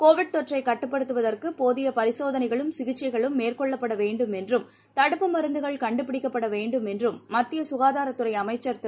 Covid தொற்றைக் கட்டுப்படுத்துவதற்கு போதிய பரிசோதனைகளும் சிகிச்சைகளும மேற்கொள்ளப்பட வேண்டும் என்றும் தடுப்பு மருந்துகள் கண்டுபிடிக்கப்பட வேண்டும் என்றும் மத்திய சுகாதாரத் துறை அமைச்சர் திரு